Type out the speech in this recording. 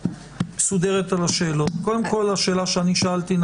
קודם כול, לשאלה ששאלתי.